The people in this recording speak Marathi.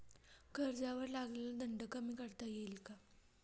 कर्जावर लागलेला दंड कमी करता येईल का?